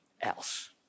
else